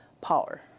power